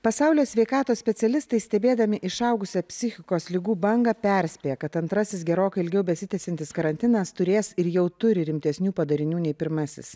pasaulio sveikatos specialistai stebėdami išaugusią psichikos ligų bangą perspėja kad antrasis gerokai ilgiau besitęsiantis karantinas turės ir jau turi rimtesnių padarinių nei pirmasis